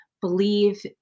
believe